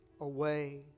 away